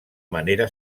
manera